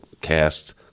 cast